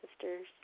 sisters